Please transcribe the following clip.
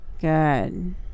Good